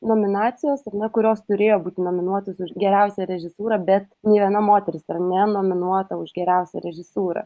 nominacijos ar ne kurios turėjo būti nominuotas už geriausią režisūrą bet nė viena moteris dar nenominuota už geriausią režisūrą